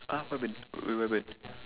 ah what happened wait what happened